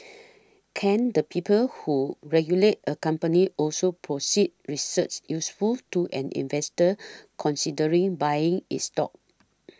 can the people who regulate a company also produce research useful to an investor considering buying its stock